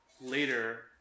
later